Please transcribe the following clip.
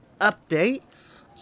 Updates